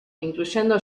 incluyendo